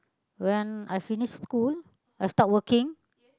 when I finish school I start working